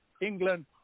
England